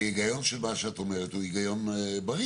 כי ההיגיון של מה שאת אומרת הוא היגיון בריא